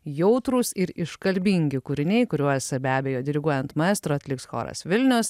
jautrūs ir iškalbingi kūriniai kuriuos be abejo diriguojant maestro atliks choras vilniaus